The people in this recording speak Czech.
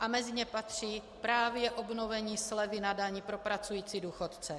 A mezi ně patří právě obnovení slevy na dani pro pracující důchodce.